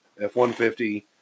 F-150